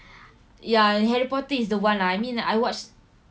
ya harry potter is the one lah I mean I watched